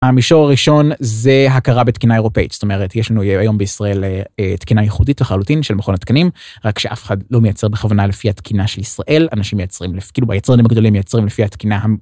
המישור הראשון זה הכרה בתקינה אירופאית, זאת אומרת יש לנו היום בישראל תקינה ייחודית לחלוטין של מכון התקנים, רק שאף אחד לא מייצר בכוונה לפי התקינה של ישראל, אנשים מייצרים כאילו ביצרנים הגדולים מייצרים לפי התקינה.